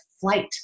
flight